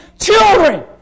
children